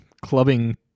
clubbing